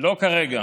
לא כרגע.